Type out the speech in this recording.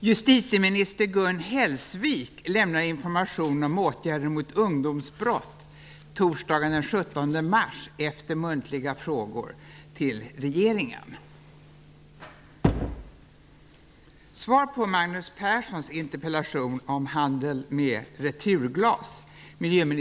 Justitieminister Gun Hellsvik lämnar information om åtgärder mot ungdomsbrott torsdagen den 17 mars efter muntliga frågor till regeringen.